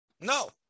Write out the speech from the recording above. no